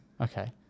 okay